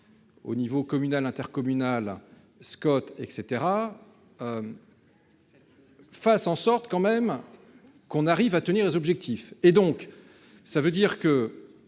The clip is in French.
Au niveau communal, intercommunal Scott et caetera. Face en sorte quand même qu'on arrive à tenir les objectifs et donc ça veut dire que.